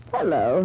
Hello